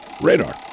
Radar